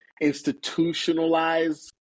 institutionalized